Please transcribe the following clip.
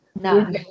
no